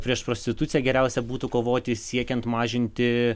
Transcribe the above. prieš prostituciją geriausia būtų kovoti siekiant mažinti